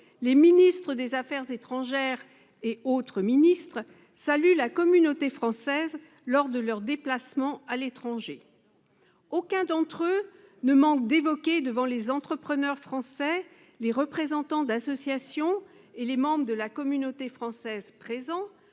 les ministres des affaires étrangères et autres ministres saluent la communauté française lors de leurs déplacements à l'étranger. Aucun d'entre eux ne manque d'évoquer devant les entrepreneurs français, les représentants d'association et les membres de la communauté française présents